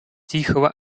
тихого